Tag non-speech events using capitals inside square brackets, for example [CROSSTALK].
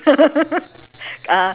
[LAUGHS] uh